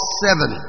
seven